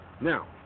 Now